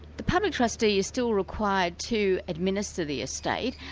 the public trustee is still required to administer the estate,